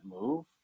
move